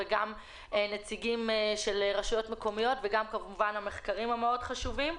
גם נציגי הרשויות המקומיות וכמובן נרצה לשמוע את המחקרים המאוד חשובים,